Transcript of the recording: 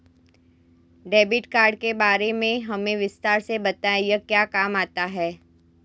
Debit card के बारे में हमें विस्तार से बताएं यह क्या काम आता है?